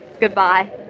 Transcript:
Goodbye